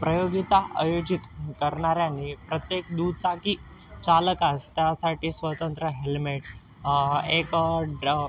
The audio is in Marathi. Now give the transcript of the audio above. प्रयोगिता आयोजित करणाऱ्यांनी प्रत्येक दुचाकी चालकास त्यासाठी स्वतंत्र हेल्मेट एक ड्र